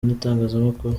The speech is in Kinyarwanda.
n’itangazamakuru